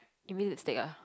you mean lipstick ah